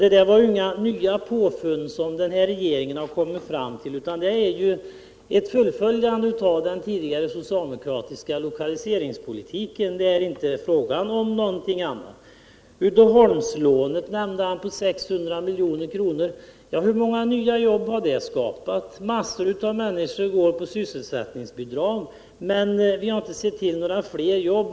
Det där är inga nya påfund av den nya regeringen, utan det är ett fullföljande av den tidigare socialdemokratiska lokaliseringspolitiken; det är inte fråga om någonting annat. Allan Gustafsson nämnde Uddeholmslånet på 600 milj.kr. Hur många nya jobb har det lånet skapat? Massor av människor går på sysselsättningsbidrag, men vi har inte sett till några fler jobb.